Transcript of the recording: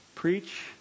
Preach